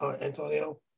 Antonio